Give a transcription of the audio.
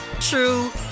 true